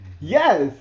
Yes